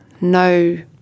no